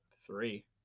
Three